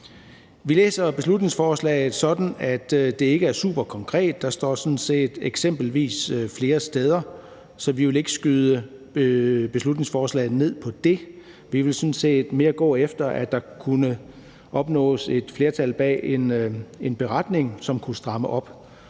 Vi læser beslutningsforslaget sådan, at det ikke er superkonkret; der står sådan set »eksempelvis« flere steder, så vi vil ikke skyde beslutningsforslaget ned på grund af det. Vi vil sådan set mere gå efter, at der kunne opnås et flertal bag en beretning, som kunne stramme op